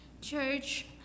Church